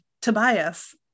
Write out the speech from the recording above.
Tobias